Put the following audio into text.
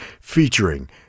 featuring